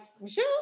Michelle